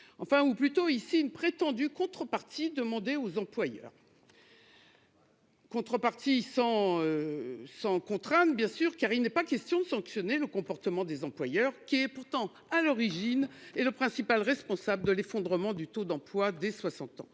Enfin, ou plutôt ici une prétendue contreparties demandées aux employeurs. Voilà. Contrepartie sans. Sans contrainte bien sûr car il n'est pas question de sanctionner le comportement des employeurs qui est pourtant à l'origine et le principal responsable de l'effondrement du taux d'emploi des 60 ans